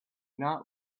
not